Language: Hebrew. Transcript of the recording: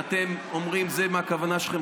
ואתם אומרים מה הכוונה שלכם,